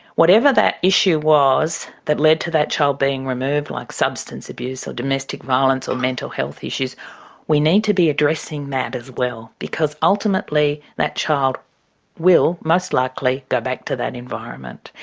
whatever that issue was that led to that child being removed like substance abuse or domestic violence or mental health issues we need to be addressing that as well. because ultimately that child will, most likely, go back to that environment.